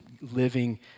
living